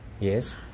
Yes